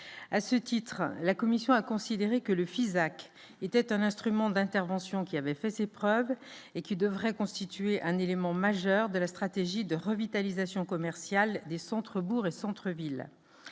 à ce titre, la commission a considéré que le Fisac était un instrument d'intervention qui avait fait ses preuves et qui devrait constituer un élément majeur de la stratégie de revitalisation commerciale des centres centres-villes,